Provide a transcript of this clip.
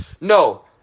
No